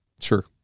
Sure